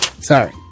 Sorry